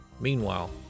Meanwhile